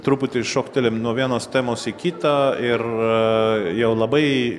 truputį šoktelim nuo vienos temos į kitą ir jau labai